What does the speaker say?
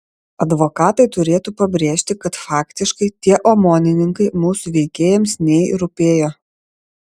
advokatai turėtų pabrėžti kad faktiškai tie omonininkai mūsų veikėjams nei rūpėjo